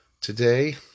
today